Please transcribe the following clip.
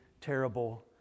terrible